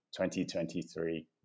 2023